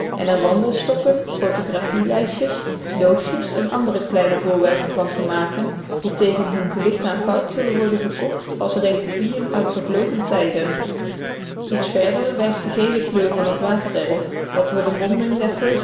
en er wandelstokken fotografielijstjes doosjes en andere kleine voorwerpen van te maken die tegen hun gewicht aan goud zullen worden verkocht als reliquieën uit vervlogen tijden iets verder wijst de gele kleur van het water erop dat we de monding